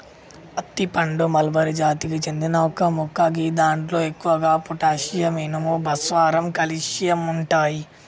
అత్తి పండు మల్బరి జాతికి చెందిన ఒక మొక్క గిదాంట్లో ఎక్కువగా పొటాషియం, ఇనుము, భాస్వరం, కాల్షియం ఉంటయి